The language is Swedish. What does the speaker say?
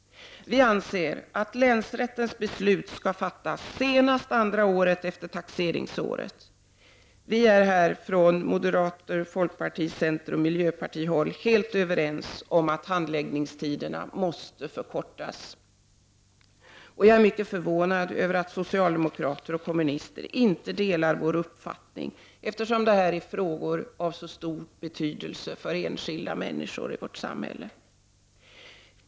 Vi anser att länsrättens beslut skall fattas senast andra året efter taxeringsåret. Vi är från moderat-, folkparti-, centeroch miljöpartihåll helt överens om att handläggningstiderna måste förkortas. Jag är mycket förvånad över att socialdemokrater och kommunister inte delar vår uppfattning, eftersom detta är frågor av så stor betydelse för enskilda människor i vårt samhälle.